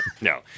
No